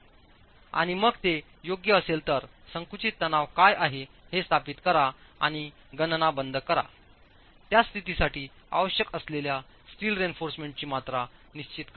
आणि मग ते योग्य असेल तर संकुचित तणाव काय आहे हे स्थापित करा आणि गणना बंद करा त्या स्थितीसाठी आवश्यक असलेल्या स्टील रेइन्फॉर्समेंटची मात्रा निश्चित करा